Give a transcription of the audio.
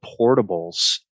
portables